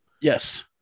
Yes